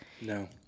No